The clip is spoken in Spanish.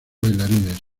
bailarines